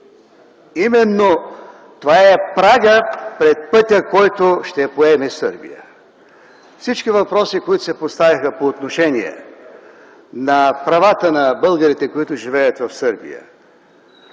именно това е прагът пред пътя, който ще поеме Сърбия. Всички въпроси, които се поставиха по отношение на правата на българите, които живеят в Сърбия,